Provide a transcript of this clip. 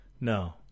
no